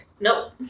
Nope